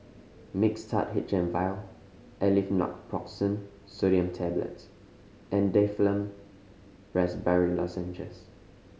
Mixtard H M Vial Aleve Naproxen Sodium Tablets and Difflam Raspberry Lozenges